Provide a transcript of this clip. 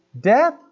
Death